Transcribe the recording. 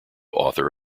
author